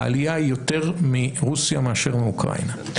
אבל העלייה היא יותר מרוסיה מאשר מאוקראינה.